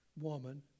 woman